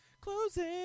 closing